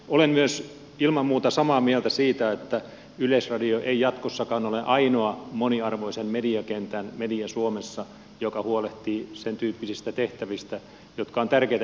olen myös ilman muuta samaa mieltä siitä että yleisradio ei jatkossakaan ole ainoa moniarvoisen mediakentän media suomessa joka huolehtii sen tyyppisistä tehtävistä jotka ovat tärkeitä yhteiskunnan kannalta